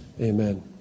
Amen